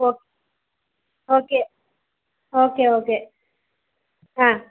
okay okay okay ആ